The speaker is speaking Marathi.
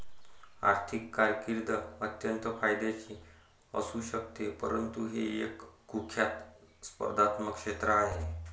आर्थिक कारकीर्द अत्यंत फायद्याची असू शकते परंतु हे एक कुख्यात स्पर्धात्मक क्षेत्र आहे